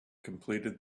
completed